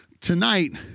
Tonight